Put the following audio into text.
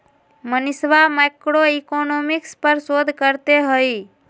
मनीषवा मैक्रोइकॉनॉमिक्स पर शोध करते हई